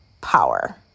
power